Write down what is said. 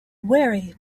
wary